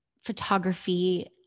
photography